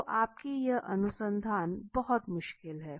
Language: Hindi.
तो आपकी यह अनुसंधान बहुत मुश्किल है